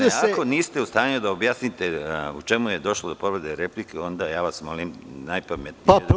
Ako niste u stanju da objasnite u čemu je došlo do povrede replike, onda vas molim, najpametnije je…